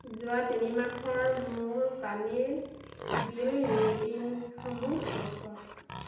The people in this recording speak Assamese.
যোৱা তিনি মাহৰ মোৰ পানীৰ বিল ৰিডিঙসমূহ দেখুৱাওক